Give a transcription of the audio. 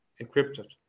encrypted